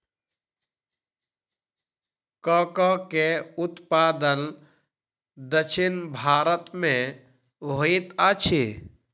cocoa के उत्पादन दक्षिण भारत में होइत अछि